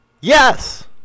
yes